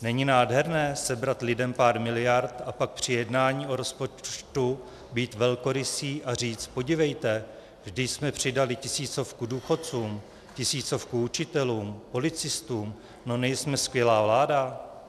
Není nádherné sebrat lidem pár miliard a pak při jednání o rozpočtu být velkorysý a říct: podívejte, vždyť jsme přidali tisícovku důchodcům, tisícovku učitelům, policistům, no nejsme skvělá vláda?